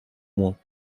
moins